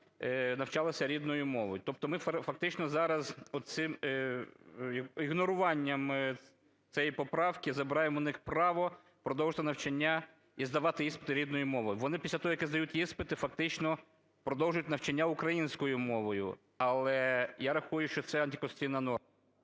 навчалися рідною мовою. Тобто ми фактично зараз цим ігноруванням, цієї поправки, забираємо у них право продовжити навчання і здавати іспити рідною мовою. Вони після того, як здають іспити, фактично продовжують навчання українською мовою, але, я рахую, що це антиконституційна норма.